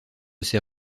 ces